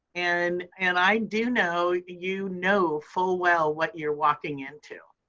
and and i do know you know full well what you're walking into.